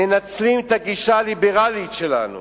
מנצלים את הגישה הליברלית שלנו